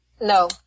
No